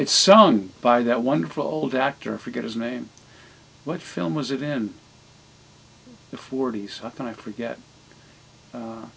it's sung by that wonderful old actor forget his name what film was it in the forties and i forget